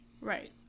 right